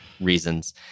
reasons